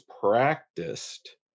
practiced